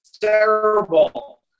terrible